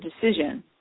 decision